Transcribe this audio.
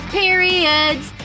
periods